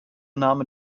name